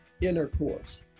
intercourse